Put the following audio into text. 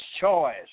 choice